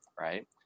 Right